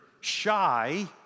shy